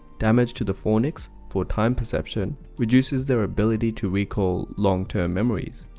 damage to the fornix for time perception reduced their ability to recall long term memories.